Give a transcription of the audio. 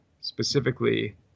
specifically